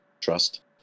trust